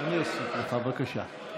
אני אוסיף לך, בבקשה.